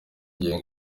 gihe